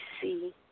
see